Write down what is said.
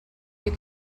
you